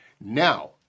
Now